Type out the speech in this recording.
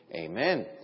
Amen